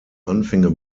anfänge